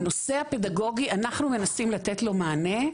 הנושא הפדגוגי אנחנו מנסים לתת לו מענה,